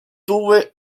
tuve